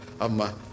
Amma